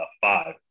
five